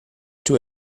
too